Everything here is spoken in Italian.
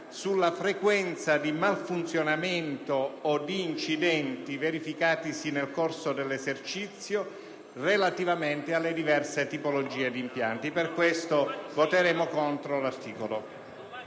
della frequenza di casi di malfunzionamento o di incidenti verificatisi nel corso dell'esercizio relativamente alle diverse tipologie di impianti. Per questo voteremo contro l'articolo